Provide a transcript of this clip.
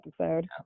episode